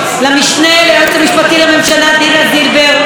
למשנה ליועץ המשפטי לממשלה דינה זילבר,